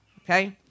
okay